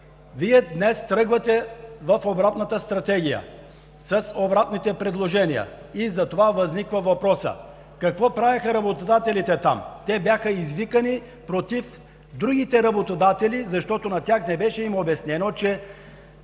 Вие днес тръгвате в обратната стратегия с обратните предложения и затова възниква въпросът: какво правиха работодателите там? Те бяха извикани против другите работодатели, защото на тях не им беше обяснено, че